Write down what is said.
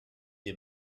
des